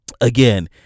again